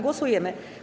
Głosujemy.